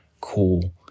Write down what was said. cool